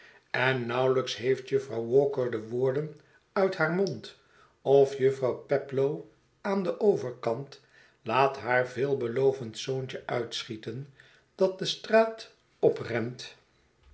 en nauwelijks heeft jufvrouw walker de woorden uit haar mond of jufvrouw peplow aan den overkant laat haar veelbelovend zoontjeuitschieten dat de straat oprent